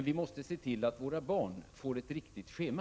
Vi måste se till att våra barn får ett riktigt schema.